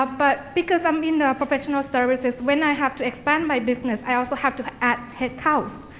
ah but because i'm in the professional services, when i have to expand my business, i also have to add accounts.